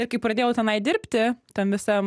ir kai pradėjau tenai dirbti tam visam